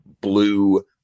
blue